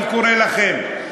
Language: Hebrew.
אני קורא לכם,